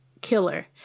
killer